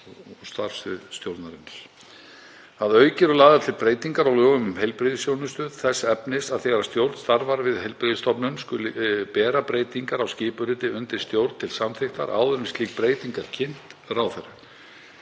og starfssvið stjórnarinnar. Að auki eru lagðar til breytingar á lögum um heilbrigðisþjónustu þess efnis að þegar stjórn starfar við heilbrigðisstofnun skuli bera breytingar á skipuriti undir stjórn til samþykktar áður en slík breyting er kynnt ráðherra.